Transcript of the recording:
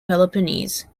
peloponnese